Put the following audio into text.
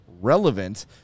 relevant